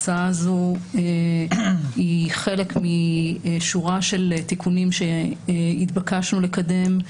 ההצעה הזו היא חלק משורה של תיקונים שהתבקשנו לקדם.